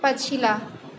पछिला